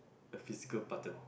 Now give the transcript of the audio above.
a physical button